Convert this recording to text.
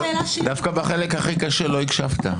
דווקא בחלק הכי קשה לא הקשבת.